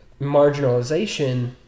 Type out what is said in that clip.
marginalization